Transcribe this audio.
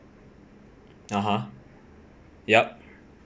(uh huh) yup